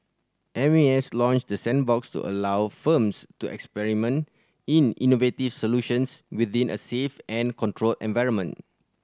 M A S launched the sandbox to allow firms to experiment in innovative solutions within a safe and controlled environment